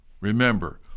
Remember